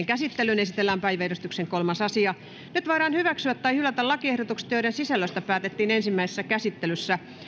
käsittelyyn esitellään päiväjärjestyksen kolmas asia nyt voidaan hyväksyä tai hylätä lakiehdotukset joiden sisällöstä päätettiin ensimmäisessä käsittelyssä